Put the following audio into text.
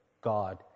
God